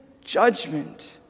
judgment